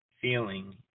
feeling